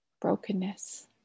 brokenness